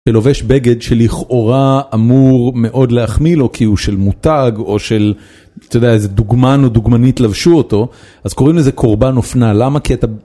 שלובש בגד שלכאורה אמור מאוד להחמיא לו, כי הוא של מותג או של, אתה יודע איזה דוגמן או דוגמנית לבשו אותו, אז קוראים לזה קורבן אופנה, למה כי אתה...